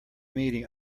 meeting